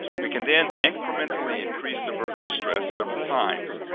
we can then incrementally increase the vertical stress several times,